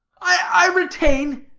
i retain,